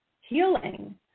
healing